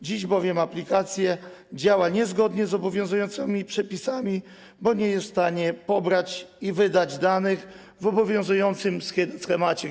Dziś bowiem aplikacja działa niezgodnie z obowiązującymi przepisami, bo nie jest w stanie pobrać i wydać danych w obowiązującym schemacie GML.